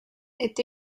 est